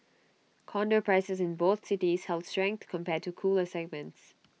condo prices in both cities held strength compared to cooler segments